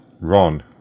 Ron